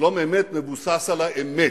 שלום אמת מבוסס על האמת.